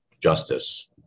justice